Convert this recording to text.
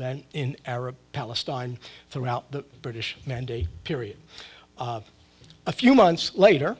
event in arab palestine throughout the british mandate period a few months later